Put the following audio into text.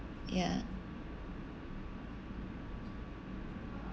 ya